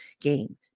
game